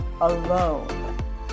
alone